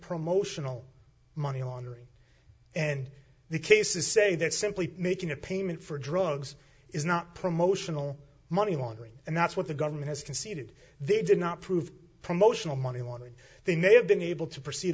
promotional money laundering and the cases say that simply making a payment for drugs is not promotional money laundering and that's what the government has conceded they did not prove promotional money wanted they may have been able to proceed